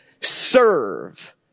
serve